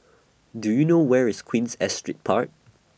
Do YOU know Where IS Queen's Astrid Park